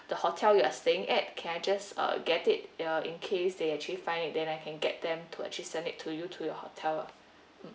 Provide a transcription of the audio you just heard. the hotel you're staying at can I just uh get it uh in case they actually find it then I can get them to actually send it to you to your hotel